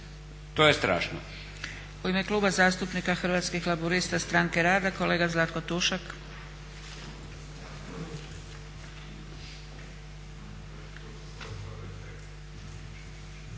To je strašno!